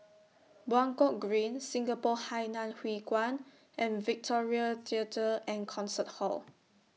Buangkok Green Singapore Hainan Hwee Kuan and Victoria Theatre and Concert Hall